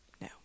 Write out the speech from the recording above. no